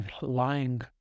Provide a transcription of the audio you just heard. lying